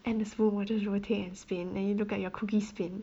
and the spoon will just rotate and spin and you look at your cookie spin